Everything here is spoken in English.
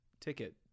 ticket